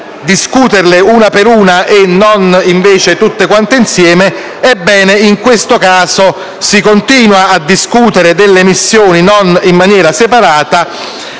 discuterle una per una e non tutte quante insieme. Ebbene, in questo caso si continua a discutere delle missioni non in maniera separata.